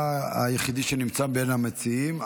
אז אתה היחידי שנמצא מבין המציעים.